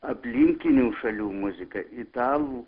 aplinkinių šalių muziką italų